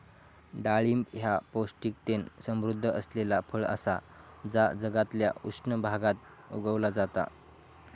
डाळिंब ह्या पौष्टिकतेन समृध्द असलेला फळ असा जा जगातल्या उष्ण भागात उगवला जाता